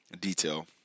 detail